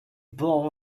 blow